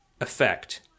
effect